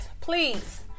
Please